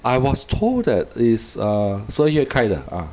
I was told that is err 十二月开的 ah